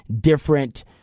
different